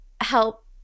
help